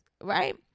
Right